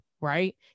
right